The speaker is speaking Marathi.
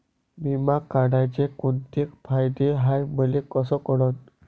बिमा काढाचे कोंते फायदे हाय मले कस कळन?